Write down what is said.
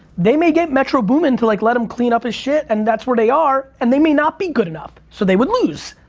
they may get metro boomin to like let em clean up his shit and that's where they are, and they may not be good enough so they would lose,